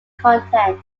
content